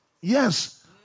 Yes